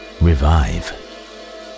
revive